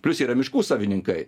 plius yra miškų savininkai